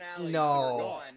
no